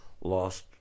lost